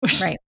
Right